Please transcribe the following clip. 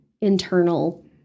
internal